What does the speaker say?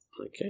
Okay